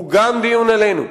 הוא גם דיון עלינו.